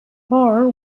carr